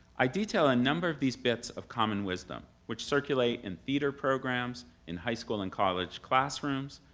i detail a number of these bits of common wisdom, which circulate in theatre programs, in high school and college classrooms,